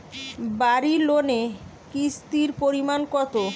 বাড়ি লোনে কিস্তির পরিমাণ কত?